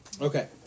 okay